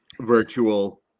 virtual